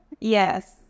Yes